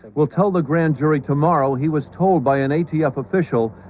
will tell the grand jury tomorrow he was told by an atf official.